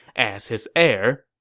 as his heir.